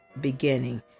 beginning